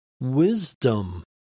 wisdom